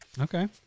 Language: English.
Okay